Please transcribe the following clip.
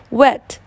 ，wet，